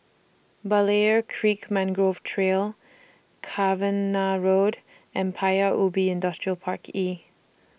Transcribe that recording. Berlayer Creek Mangrove Trail Cavenagh Road and Paya Ubi Industrial Park E